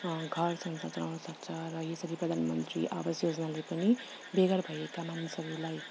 घर संसार चलाउनु सक्छ र यसरी प्रधानमन्त्री आवास योजनाले पनि बेघर भएका मानिसहरूलाई